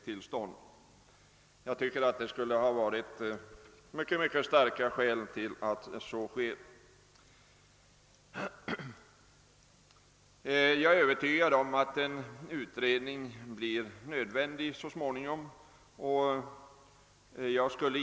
Jag tycker att det finns mycket starka skäl för det, och jag är övertygad om att en utredning så småningom blir nödvändig.